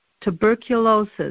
tuberculosis